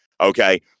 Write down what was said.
Okay